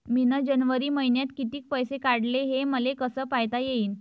मिन जनवरी मईन्यात कितीक पैसे काढले, हे मले कस पायता येईन?